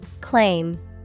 Claim